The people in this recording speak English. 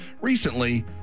recently